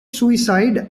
suicide